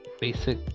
basic